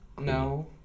No